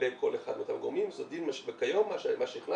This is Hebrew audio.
לגבי כל אחד --- כיום מה שהכנסנו